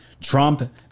Trump